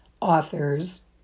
authors